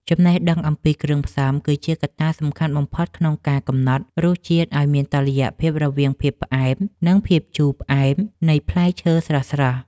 ចំណេះដឹងអំពីគ្រឿងផ្សំ គឺជាកត្តាសំខាន់បំផុតក្នុងការកំណត់រសជាតិឱ្យមានតុល្យភាពរវាងភាពផ្អែម និងភាពជូរ ផ្អែមនៃផ្លែឈើស្រស់ៗ។